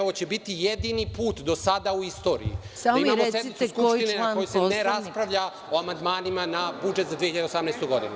Ovo će biti jedini put do sada u istoriji da imamo sednicu Skupštine na kojoj se ne raspravlja o amandmanima na budžet za 2018. godinu.